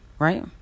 Right